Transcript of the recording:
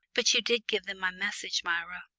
but you did give them my message, myra?